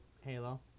Halo